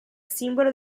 simbolo